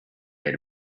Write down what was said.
made